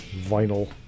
vinyl